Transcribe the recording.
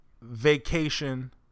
Vacation